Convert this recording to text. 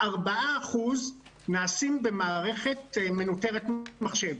4% נעשים במערכת מנוטרת מחשב,